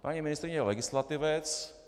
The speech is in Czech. Paní ministryně je legislativec.